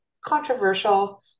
controversial